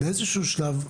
באיזשהו שלב,